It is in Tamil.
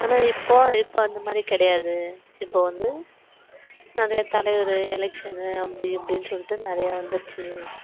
ஆனால் இப்போ இப்போ அந்தமாதிரி கிடையாது இப்போ வந்து நிறையா தலைவர் எலெக்ஷ்ன்னு அப்படி இப்படினு சொல்லிவிட்டு நிறையா வந்துருச்சு